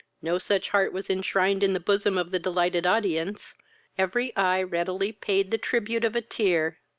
no such heart was enshrined in the bosom of the delighted audience every eye readily paid the tribute of a tear.